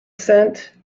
scent